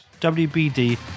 WBD